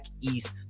East